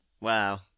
Wow